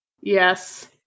yes